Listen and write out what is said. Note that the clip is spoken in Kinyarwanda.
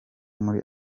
muri